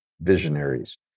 visionaries